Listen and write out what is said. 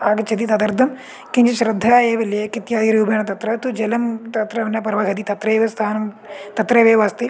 आगच्छति तदर्थं किञ्चित् श्रद्दा एव लेक् इत्यादिरूपेण तत्र तु जलं तत्र न प्रवहति तत्रैव स्थानं तत्र एव अस्ति